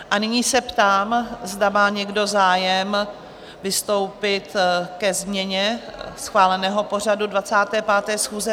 A nyní se ptám, zda má někdo zájem vystoupit ke změně schváleného pořadu 25. schůze?